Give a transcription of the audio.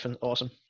awesome